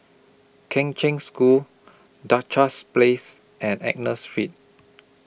Kheng Cheng School Duchess Place and Agnus Street